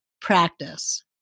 practice